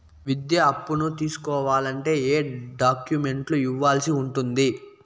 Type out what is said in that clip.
విద్యా అప్పును తీసుకోవాలంటే ఏ ఏ డాక్యుమెంట్లు ఇవ్వాల్సి ఉంటుంది